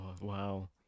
wow